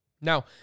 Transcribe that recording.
Now